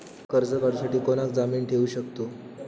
कर्ज काढूसाठी कोणाक जामीन ठेवू शकतव?